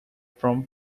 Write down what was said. from